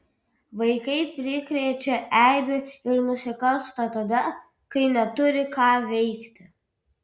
vaikai prikrečia eibių ir nusikalsta tada kai neturi ką veikti